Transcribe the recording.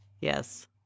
Yes